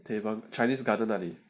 teban chinese garden 那里